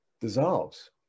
dissolves